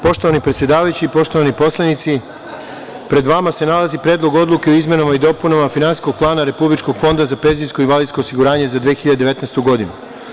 Poštovani predsedavajući, poštovani poslanici, pred vama se nalazi Predlog odluke o izmenama i dopunama Finansijskog plana Republičkog fonda za PIO za 2019. godinu.